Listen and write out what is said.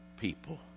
people